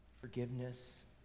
Forgiveness